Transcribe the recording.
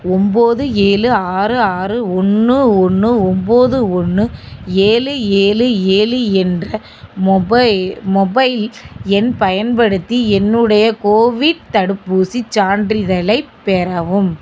ஒன்போது ஏழு ஆறு ஆறு ஒன்று ஒன்று ஒன்போது ஒன்று ஏழு ஏழு ஏழு என்ற மொபை மொபைல் எண் பயன்படுத்தி என்னுடைய கோவிட் தடுப்பூசிச் சான்றிதழைப் பெறவும்